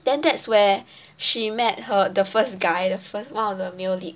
then that's where she met her the first guy the first one of the male lead